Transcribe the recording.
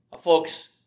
Folks